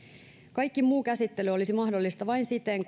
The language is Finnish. kaikki muu käsittely olisi mahdollista vain siten